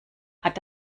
hat